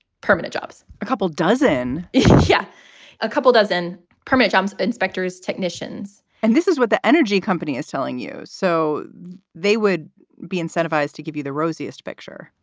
permanent jobs, a couple dozen yeah a couple dozen permit jobs, inspectors, technicians and this is what the energy company is telling you. so they would be incentivized to give you the rosiest picture,